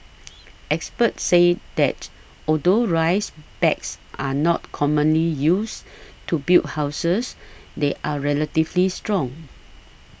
experts say that although rice bags are not commonly used to build houses they are relatively strong